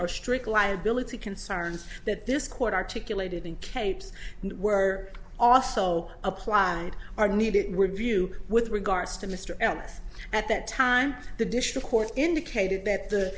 or strict liability concerns that this court articulated in capes and were also applied are needed were view with regards to mr ellis at that time the dish of course indicated that the